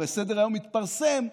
הרי סדר-היום התפרסם,